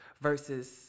versus